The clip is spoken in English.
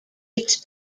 its